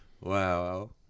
wow